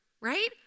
right